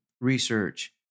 research